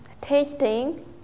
tasting